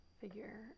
figure